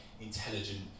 intelligent